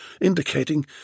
indicating